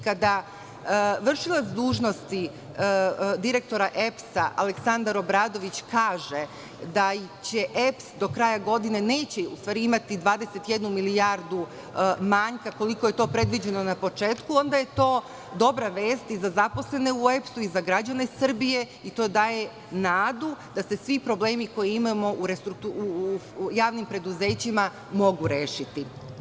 Kada vršilac dužnosti direktora EPS Aleksandar Obradović kaže da EPS do kraja godine neće imati 21 milijardu manjka koliko je to predviđeno na početku, onda je to dobra vest i za zaposlene u EPS građane Srbije i to da je nadu da se svi problemi koje imamo u javnim preduzećima mogu rešiti.